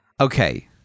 Okay